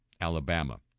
Alabama